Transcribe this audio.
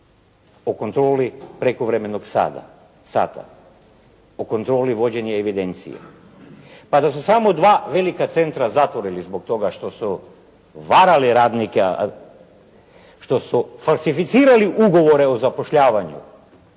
u kontroli prekovremenog sata, u kontroli vođenja evidencije. Pa da su samo dva velika centra zatvorili zbog toga što su varali radnike, što su falsificirali ugovore o zapošljavanju,